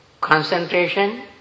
concentration